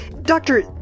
Doctor